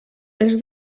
els